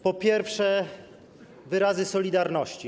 Po pierwsze, wyrazy solidarności.